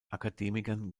akademikern